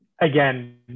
again